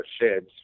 sheds